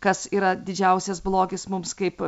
kas yra didžiausias blogis mums kaip